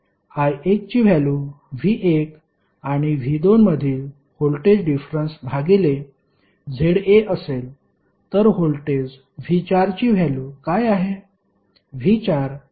I1 ची value V1 आणि V2 मधील व्होल्टेज डिफरंन्स भागिले ZA असेल तर व्होल्टेज V4 ची व्हॅल्यु काय आहे